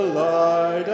light